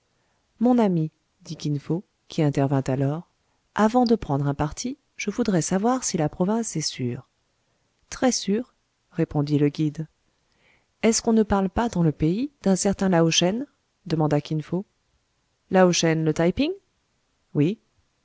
mon ami dit kin fo qui intervint alors avant de prendre un parti je voudrais savoir si la province est sûre très sûre répondit le guide est-ce qu'on ne parle pas dans le pays d'un certain lao shen demanda kin fo lao shen le taï ping oui